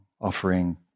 offering